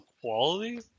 quality